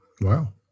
Wow